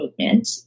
movement